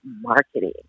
marketing